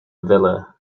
villa